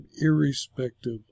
irrespective